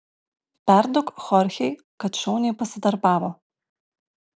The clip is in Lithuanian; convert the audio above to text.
perduok chorchei kad šauniai pasidarbavo